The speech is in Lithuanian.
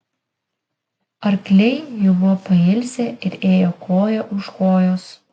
arkliai jau buvo pailsę ir ėjo koja už kojos